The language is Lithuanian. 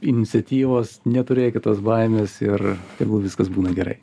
iniciatyvos neturėkit tos baimės ir tegul viskas būna gerai